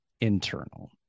internal